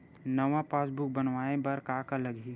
नवा पासबुक बनवाय बर का का लगही?